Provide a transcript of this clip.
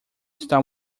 está